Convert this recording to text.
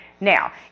now